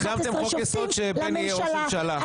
העברתם חוק יסוד שבנט יהיה ראש ממשלה.